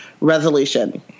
Resolution